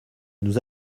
nous